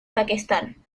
pakistán